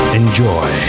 enjoy